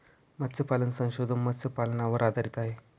मत्स्यपालन संशोधन मत्स्यपालनावर आधारित आहे